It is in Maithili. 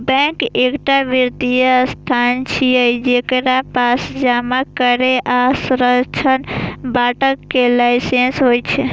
बैंक एकटा वित्तीय संस्थान छियै, जेकरा पास जमा करै आ ऋण बांटय के लाइसेंस होइ छै